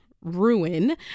ruin